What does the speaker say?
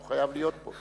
הוא חייב להיות פה.